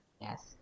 Yes